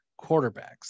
quarterbacks